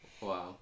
Wow